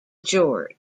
george